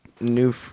new